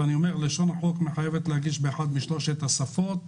ולשון החוק מחייבת להגיש באחת משלוש השפות.